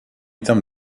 tam